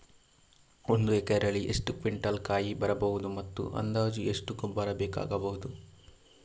ಒಂದು ಎಕರೆಯಲ್ಲಿ ಎಷ್ಟು ಕ್ವಿಂಟಾಲ್ ಕಾಯಿ ಬರಬಹುದು ಮತ್ತು ಅಂದಾಜು ಎಷ್ಟು ಗೊಬ್ಬರ ಬೇಕಾಗಬಹುದು?